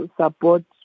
support